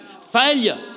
failure